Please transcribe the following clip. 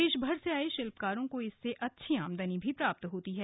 देशभर से आये शिल्पकारों को इससे अच्छी आमदनी भी प्राप्त होती है